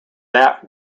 that